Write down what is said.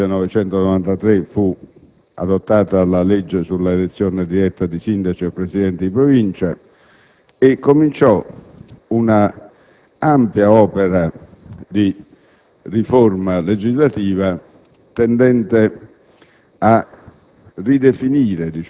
ricordiamo che nel 1993 fu adottata la legge sull'elezione diretta dei Sindaci e Presidenti di Provincia. Ebbe inizio un'ampia opera di riforma legislativa tendente